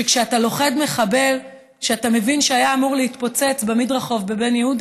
שכשאתה לוכד מחבל שאתה מבין שהיה אמור להתפוצץ במדרחוב בבן יהודה,